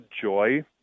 joy